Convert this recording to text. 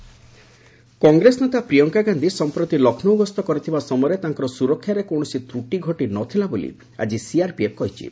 Priyanka CRPF Congress ନେତା ପ୍ରିୟଙ୍କା ଗାନ୍ଧି ସମ୍ପ୍ରତି ଲକ୍ଷ୍ନୌ ଗସ୍ତ କରିଥିବା ସମୟରେ ତାଙ୍କର ସୁରକ୍ଷାରେ କୌଣସି ତ୍ରୁଟି ଘଟିନଥିଲା ବୋଲି ଆଜି ସିଆର୍ପିଏଫ୍ କହିଛି